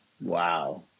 Wow